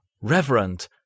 reverent